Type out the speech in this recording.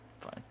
Fine